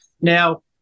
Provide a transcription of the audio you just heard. Now